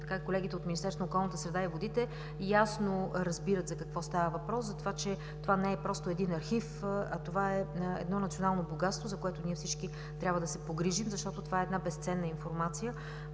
водите ясно разбират за какво става въпрос – че това не е просто един архив, а национално богатство, за което ние всички трябва да се погрижим, защото това е безценна информация,